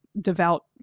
devout